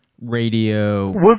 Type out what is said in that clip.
Radio